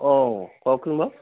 অঁ কওকচোন বাৰু